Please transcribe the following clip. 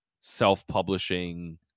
self-publishing